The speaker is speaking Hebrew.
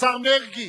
השר מרגי,